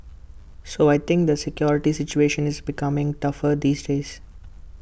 so I think the security situation is becoming tougher these days